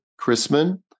Chrisman